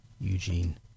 Eugene